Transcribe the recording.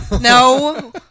no